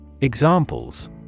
Examples